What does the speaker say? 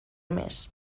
més